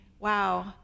wow